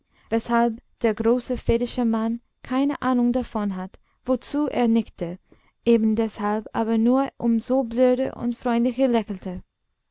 weshalb der große vedische mann keine ahnung davon hatte wozu er nickte ebendeshalb aber nur um so blöder und freundlicher lächelte